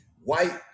white